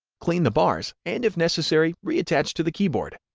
clean the bars and if necessary, reattach to the keyboard.